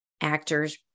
actors